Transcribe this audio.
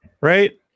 right